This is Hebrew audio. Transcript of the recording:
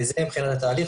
זה מבחינת התהליך,